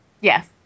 Yes